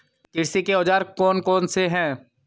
कृषि के औजार कौन कौन से हैं?